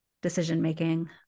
decision-making